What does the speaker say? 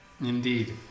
Indeed